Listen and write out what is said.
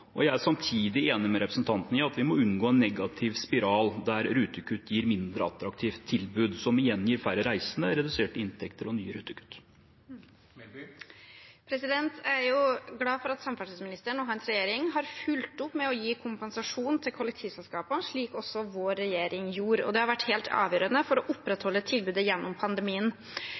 Jeg er samtidig enig med representanten i at vi må unngå en negativ spiral der rutekutt gir et mindre attraktivt tilbud, som igjen gir færre reisende, reduserte inntekter og nye rutekutt. Jeg er glad for at samferdselsministeren og hans regjering har fulgt opp med å gi kompensasjon til kollektivselskapene, slik også vår regjering gjorde. Det har vært helt avgjørende for å opprettholde tilbudet gjennom pandemien.